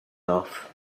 off